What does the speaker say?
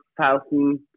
thousand